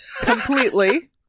Completely